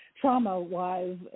trauma-wise